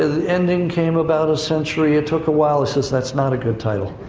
ah the ending came about a century, it took a while. he says, that's not a good title.